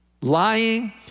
Lying